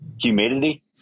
humidity